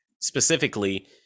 Specifically